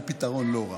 זה פתרון לא רע.